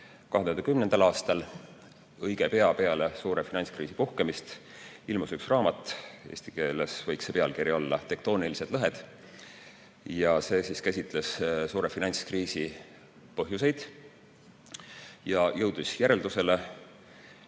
2010. aastal õige pea peale suure finantskriisi puhkemist ilmus üks raamat – eesti keeles võiks selle pealkiri olla "Tektoonilised lõhed" –, mis käsitles suure finantskriisi põhjuseid ja jõudis järeldusele,